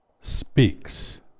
speaks